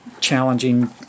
challenging